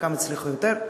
חלקם הצליחו יותר.